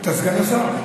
אתה סגן השר,